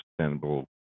Sustainable